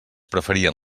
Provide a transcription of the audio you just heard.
preferien